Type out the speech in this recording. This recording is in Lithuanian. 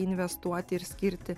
investuoti ir skirti